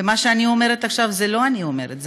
ומה שאני אומרת עכשיו זה לא אני אומרת,